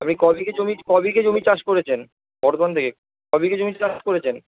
আপনি ক বিঘে জমি ক বিঘে জমি চাষ করেছেন থেকে ক বিঘে জমি চাষ করেছেন